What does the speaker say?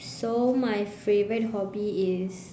so my favourite hobby is